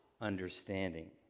understanding